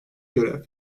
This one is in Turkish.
görev